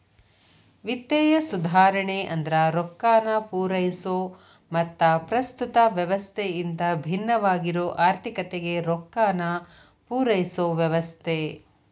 ವಿತ್ತೇಯ ಸುಧಾರಣೆ ಅಂದ್ರ ರೊಕ್ಕಾನ ಪೂರೈಸೊ ಮತ್ತ ಪ್ರಸ್ತುತ ವ್ಯವಸ್ಥೆಯಿಂದ ಭಿನ್ನವಾಗಿರೊ ಆರ್ಥಿಕತೆಗೆ ರೊಕ್ಕಾನ ಪೂರೈಸೊ ವ್ಯವಸ್ಥೆ